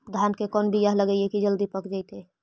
धान के कोन बियाह लगइबै की जल्दी पक जितै?